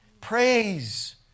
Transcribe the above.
Praise